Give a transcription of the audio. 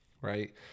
right